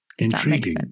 Intriguing